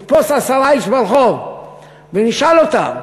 נתפוס עשרה אנשים ברחוב ונשאל אותם